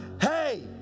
hey